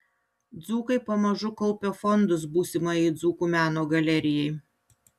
dzūkai pamažu kaupia fondus būsimajai dzūkų meno galerijai